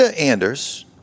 Anders